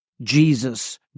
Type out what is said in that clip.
jesus